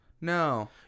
No